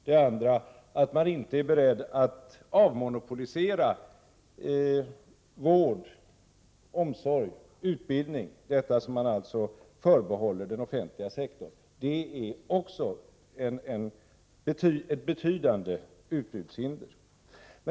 Den andra är att man inte är beredd att avmonopolisera vård, omsorg och utbildning, som man alltså förbehåller den offentliga sektorn. Dessa saker utgör ett betydande utbudshinder.